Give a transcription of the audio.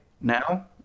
now